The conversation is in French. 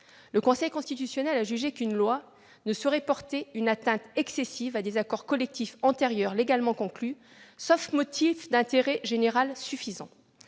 le Conseil constitutionnel a jugé qu'une loi ne saurait porter une atteinte excessive à des accords collectifs antérieurs, légalement conclus, sauf motif d'intérêt général suffisant.